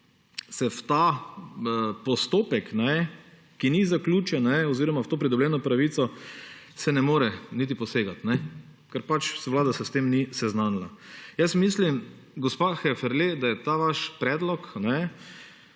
se v ta postopek, ki ni zaključen, oziroma v to pridobljeno pravico ne more niti posegati, ker pač Vlada se s tem ni seznanila. Mislim, gospa Heferle, da je ta vaš predlog